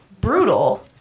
brutal